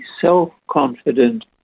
self-confident